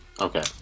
Okay